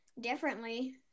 differently